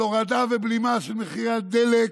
להורדה ובלימה של מחירי הדלק,